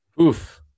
Oof